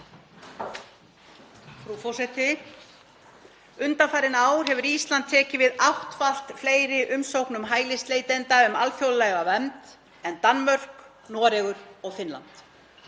Frú forseti. Undanfarin ár hefur Ísland tekið við áttfalt fleiri umsóknum hælisleitenda um alþjóðlega vernd en Danmörk, Noregur og Finnland.